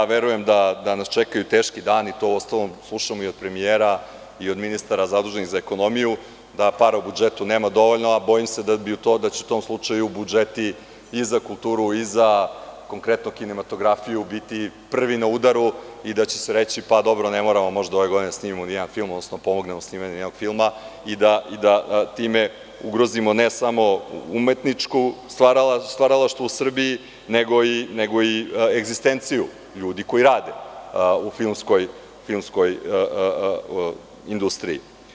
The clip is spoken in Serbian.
Verujem da nas čekaju teški dani, to slušamo i od premijera i od ministra zaduženog za ekonomiju, da para u budžetu nema dovoljno, a bojim se da će u tom slučaju budžeti za kulturu i za konkretno, kinematografiju biti prvi na udaru i da će se reći, dobro, ne moramo ove godine da snimamo ni jedan film, odnosno pomognemo snimanje jednog filma i da time ugrozimo, ne samo umetničko stvaralaštvo u Srbiji, nego i egzistenciju ljudi koji rade u filmskoj industriji.